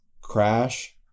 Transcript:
Crash